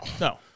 No